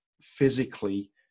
physically